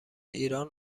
ایران